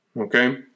Okay